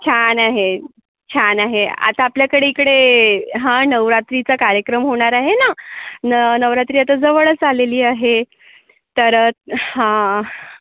छान आहे छान आहे आता आपल्याकडे हिकडे हा नवरात्रीचा कार्यक्रम होणार आहे ना न नवरात्री आता जवळच आलेली आहे तर हा